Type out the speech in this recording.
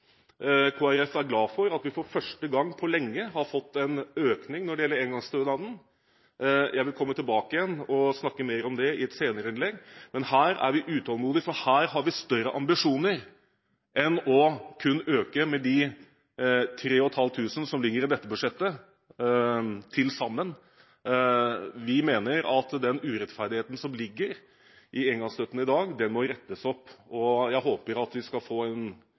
Folkeparti er glad for at vi for første gang på lenge har fått en økning når det gjelder engangsstønaden. Jeg vil komme tilbake igjen og snakke mer om det i et senere innlegg, men her er vi utålmodige, for her har vi større ambisjoner enn kun å øke med 3 500 kr som til sammen ligger i dette budsjettet. Vi mener at den urettferdigheten som ligger i engangsstøtten i dag, må rettes opp, og jeg håper at vi skal få en